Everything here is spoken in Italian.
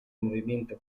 movimento